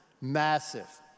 massive